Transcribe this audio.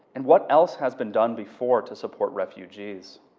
and what else has been done before to support refugees.